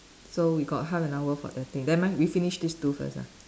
so we got half an hour for that thing never mind we finish these two first ah